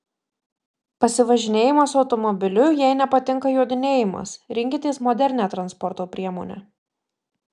pasivažinėjimas automobiliu jei nepatinka jodinėjimas rinkitės modernią transporto priemonę